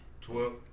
Twelve